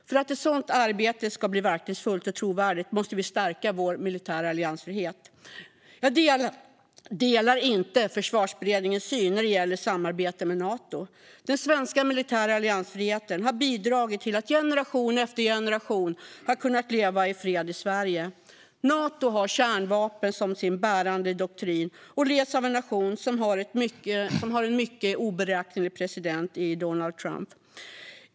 För att ett sådant arbete ska bli verkningsfullt och trovärdigt måste vi stärka vår militära alliansfrihet. Jag håller inte med om Försvarsberedningens syn när det gäller samarbete med Nato. Den svenska militära alliansfriheten har bidragit till att generation efter generation har kunnat leva i fred i Sverige. Nato har kärnvapen som sin bärande doktrin och leds av en nation som har en mycket oberäknelig president i Donald Trump.